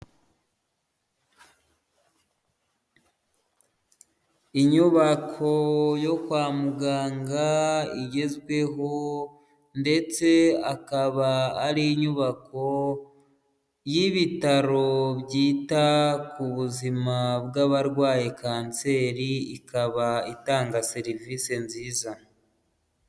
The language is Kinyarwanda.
Inyubako yo kwa muganga igezweho ndetse akaba ari inyubako y'ibitaro byita ku buzima bw'abarwaye canseri ikaba itanga serivise nziza.